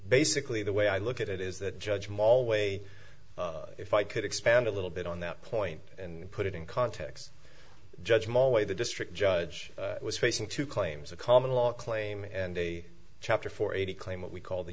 basically the way i look at it is that judge mall way if i could expand a little bit on that point and put it in context judge moore way the district judge was facing two claims of common law claim and a chapter four eighty claim what we call the